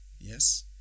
yes